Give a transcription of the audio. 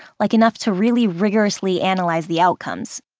like enough to really rigorously analyze the outcomes.